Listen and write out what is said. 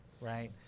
right